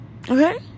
Okay